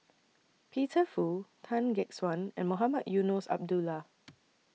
Peter Fu Tan Gek Suan and Mohamed Eunos Abdullah